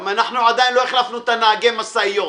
גם אנחנו עדיין לא החלפנו את נהגי המשאיות.